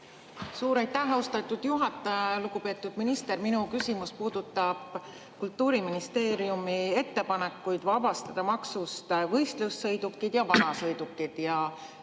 Suur aitäh, austatud juhataja! Lugupeetud minister! Minu küsimus puudutab Kultuuriministeeriumi ettepanekuid vabastada maksust võistlussõidukid ja vanasõidukid.